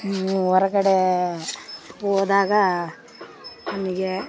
ಹೊರ್ಗಡೆ ಹೋದಾಗ ನನಗೆ